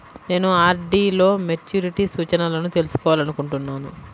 నేను నా ఆర్.డీ లో మెచ్యూరిటీ సూచనలను తెలుసుకోవాలనుకుంటున్నాను